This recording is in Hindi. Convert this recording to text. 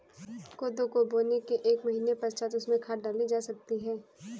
कोदो को बोने के एक महीने पश्चात उसमें खाद डाली जा सकती है